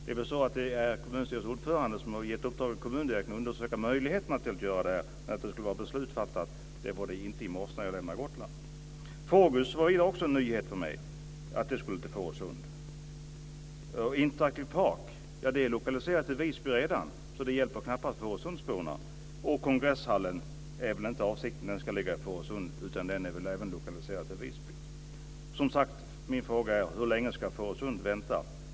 Det är väl så att kommunstyrelsens ordförande har gett i uppdrag till kommundirektören att undersöka möjligheterna att göra det. Men något beslut var inte fattat när jag lämnade Gotland i morse. Det var också en nyhet för mig att FORGUS skulle till Fårösund. Interactive Park är redan lokaliserat till Visby, så det hjälper knappast fårösundsborna. Och det är väl inte avsikten att kongresshallen ska ligga i Fårösund. Den är väl även lokaliserad till Visby. Som sagt, min fråga är: Hur länge ska Fårösund vänta?